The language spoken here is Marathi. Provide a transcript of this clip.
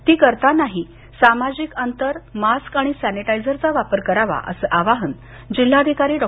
ती करतानाही सामाजिक अंतर मास्क आणि सॅनिटायझरचा वापर करावा असं अवाहन जिल्हाधिकारी डॉ